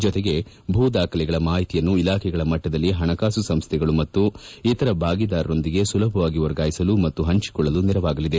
ಜೊತೆಗೆ ಭೂದಾಖಲೆಗಳ ಮಾಹಿತಿಯನ್ನು ಇಲಾಖೆಗಳ ಮಟ್ಟದಲ್ಲಿ ಪಣಕಾಸು ಸಂಸ್ಥೆಗಳು ಮತ್ತು ಇತರ ಭಾಗಿದಾರರೊಂದಿಗೆ ಸುಲಭವಾಗಿ ವರ್ಗಾಯಿಸಲು ಮತ್ತು ಪಂಚಿಕೊಳ್ಳಲು ನೆರವಾಗಲಿದೆ